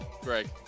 Greg